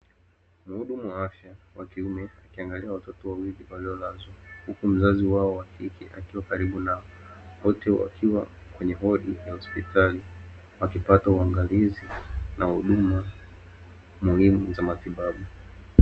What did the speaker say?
Mhudumu wa afya wa kiume akiangalia watoto wawili waliolazwa, huku mzazi wao wa kike akiwa karibu nao, wote wakiwa kwenye wodi ya hospitali, wakipata uangalizi na huduma muhimu za matibabu.